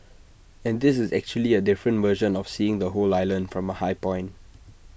and this is actually A different version of seeing the whole island from A high point